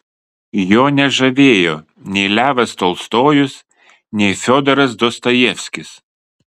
jo nežavėjo nei levas tolstojus nei fiodoras dostojevskis